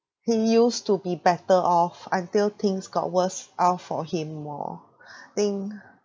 he used to be better off until things got worse off for him more think